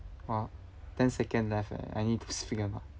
!wah! ten second left eh I need to speak or not